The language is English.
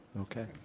Okay